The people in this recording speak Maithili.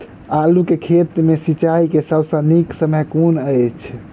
आलु केँ खेत मे सिंचाई केँ सबसँ नीक समय कुन अछि?